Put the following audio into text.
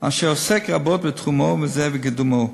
אשר עוסק רבות בתחום זה ובקידומו.